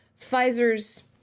Pfizer's